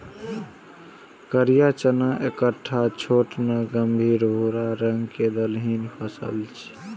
करिया चना एकटा छोट सन गहींर भूरा रंग के दलहनी फसल छियै